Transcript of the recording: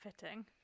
fitting